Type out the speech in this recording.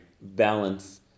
Balance